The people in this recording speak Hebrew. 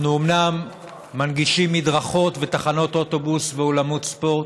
אנחנו אומנם מנגישים מדרכות ותחנות אוטובוס ואולמות ספורט.